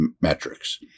metrics